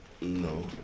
No